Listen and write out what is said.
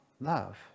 love